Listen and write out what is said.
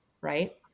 Right